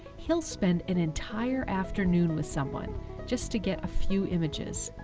he'll spend an entire afternoon with someone just to get a few images.